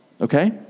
okay